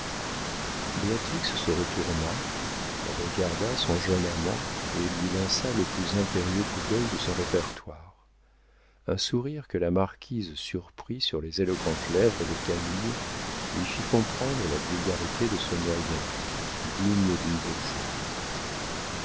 se retourna regarda son jeune amant et lui lança le plus impérieux coup d'œil de son répertoire un sourire que la marquise surprit sur les éloquentes lèvres de camille lui fit comprendre la vulgarité de ce moyen digne d'une bourgeoise